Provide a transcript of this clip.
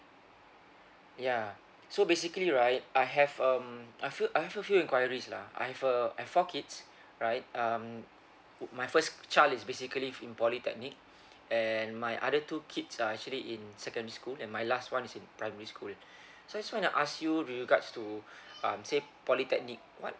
yeah so basically right I have um I few I have a few inquiries lah I've uh I've four kids right um my first child is basically in polytechnic and my other two kids are actually in secondary school and my last one is in primary school so i just wanna ask you with regards to um say polytechnic what